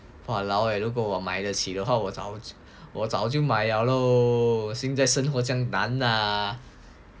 !walao! eh 如果我买得起的话我早就买了 loh 现在生活这么难